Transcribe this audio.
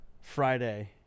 friday